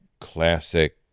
classic